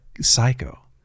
psycho